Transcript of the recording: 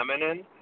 feminine